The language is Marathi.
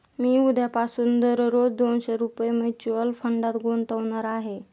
मी उद्यापासून दररोज दोनशे रुपये म्युच्युअल फंडात गुंतवणार आहे